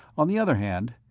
on the other hand,